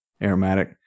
aromatic